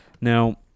Now